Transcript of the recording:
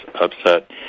upset